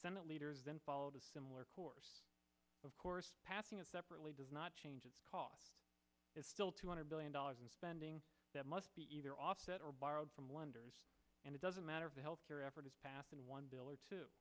senate leaders then followed a similar course of course passing it separately does not change it is still two hundred billion dollars in spending that must be either offset or borrowed from wonder and it doesn't matter of the health care effort is passed in one bill or to